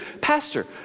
pastor